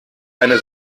eine